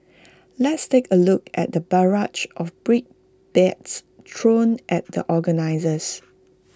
let's take A look at the barrage of brickbats thrown at the organisers